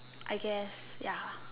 I guess ya